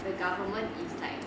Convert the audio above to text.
the government is like